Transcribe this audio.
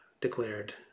declared